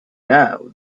now